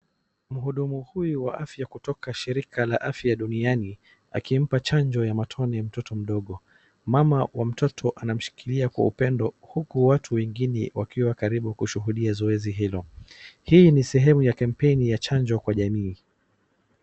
Mhudumu huyu wa afya kutoka shirika la afya duniani, akimpa chanjo ya matone mtoto mdogo. Mama wa mtoto anamshikilia kwa upendo huku watu wengine wakiwa karibu kushuhudia zoezi hilo. Hii ni sehemu ya kampeni ya chanjo kwa jamii.